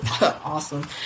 awesome